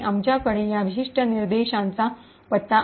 आमच्याकडे या विशिष्ट निर्देशांचा पत्ता आहे